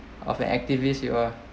of an activist you are